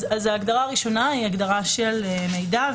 ההגדרה הראשונה היא הגדרה של "מידע",